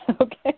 Okay